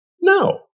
no